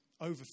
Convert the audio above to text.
Over